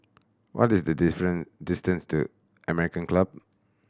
what is the distance to American Club